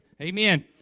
Amen